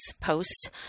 post